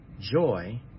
joy